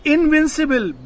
Invincible